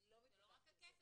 אני לא מתווכחת עם זה.